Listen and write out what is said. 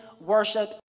worship